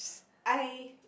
I